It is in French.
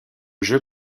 jeu